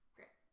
Great